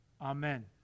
Amen